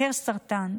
חוקר סרטן,